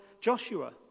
Joshua